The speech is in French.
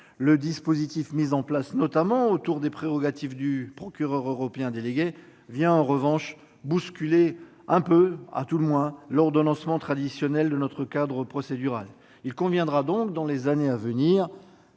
le dispositif mis en place, notamment autour des prérogatives du procureur européen délégué, vient en revanche bousculer quelque peu l'ordonnancement traditionnel de notre cadre procédural. Il conviendra donc, dans les années à venir,